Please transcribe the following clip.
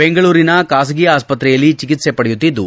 ಬೆಂಗಳೂರಿನ ಬಾಸಗಿ ಆಸ್ಪತ್ರೆಯಲ್ಲಿ ಚಿಕಿತ್ಸೆ ಪಡೆಯುತ್ತಿದ್ದು